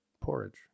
porridge